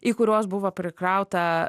į kuriuos buvo prikrauta